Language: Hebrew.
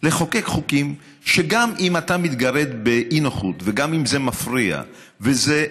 לחוקק חוקים שגם אם אתה מתגרד באי-נוחות וגם אם זה מפריע וזה,